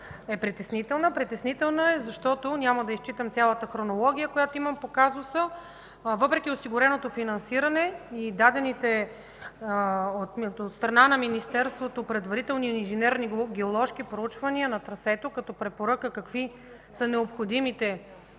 е притеснителна. Притеснителна е, защото – няма да изчитам цялата хронология, която имам по казуса, въпреки осигуреното финансиране и дадените от страна на Министерството предварителни инженерни, геоложки проучвания на трасето като препоръка какви са необходимите